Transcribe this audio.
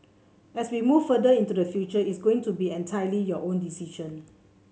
as we move further into the future it's going to be entirely your own decision